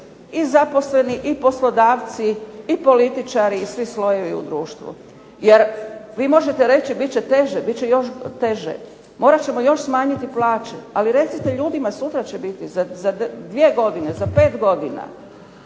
i zaposleni i poslodavci i političari i svi slojevi u društvu. Jer vi možete reći bit će još teže, morat ćemo smanjiti plaće. Ali recite ljudima sutra će biti, za 2 godine, za 5 godina.